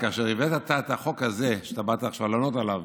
כי כאשר הבאת את החוק הזה, שבאת עכשיו לענות עליו